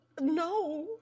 No